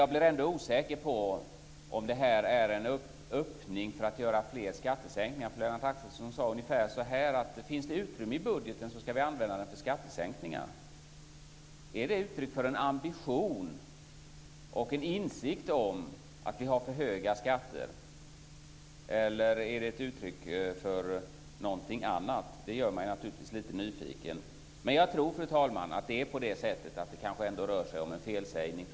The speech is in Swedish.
Jag blir ändå osäker på om det här är en öppning för att göra fler skattesänkningar. Lennart Axelsson sade ungefär att om det finns utrymme i budgeten ska den användas till skattesänkningar. Är det uttryck för en ambition och insikt om att vi har för höga skatter, eller är det ett uttryck för någonting annat? Jag blir lite nyfiken. Jag tror, fru talman, att det rör sig om en felsägning.